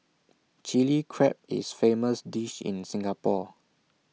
Chilli Crab is famous dish in Singapore